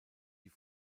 die